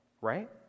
right